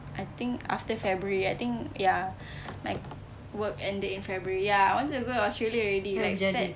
I think after february I think ya like work ended in february ya I wanted to go australia already like set